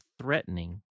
threatening